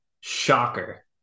Shocker